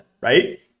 right